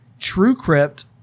TrueCrypt